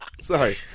Sorry